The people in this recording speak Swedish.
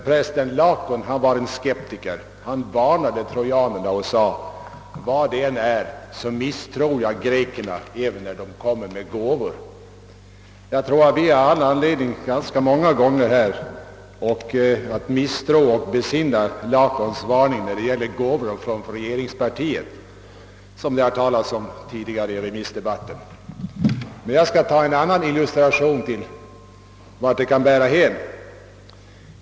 Prästen Laokoon, som var skeptiker, varnade trojanerna och sade: Vad det än är misstror jag grekerna, även när de kommer med gåvor! Jag tror att vi har anledning att besinna Laokoons varning när det gäller gåvor från regeringspartiet, som det talats en del om tidigare i remissdebatten. Jag skall ta en annan illustration till vart det kan leda.